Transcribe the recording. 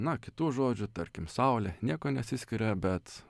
na kitų žodžių tarkim saulė niekuo nesiskiria bet